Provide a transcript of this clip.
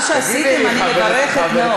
על מה שעשיתם אני מברכת מאוד,